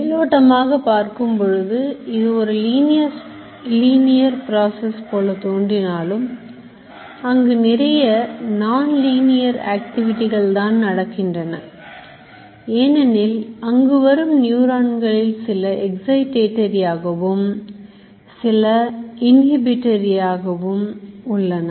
மேலோட்டமாக பார்க்கும் பொழுது இது ஒரு linear pocess போன்று தோன்றினாலும் அங்கு நிறைய non linear ஆக்டிவிட்டி தான் நடக்கின்றன ஏனெனில் அங்கு வரும் நியூரான்களில் சில excitatoryஆகவும் சில inhibitory ஆகவும் உள்ளன